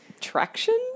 Traction